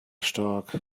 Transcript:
stark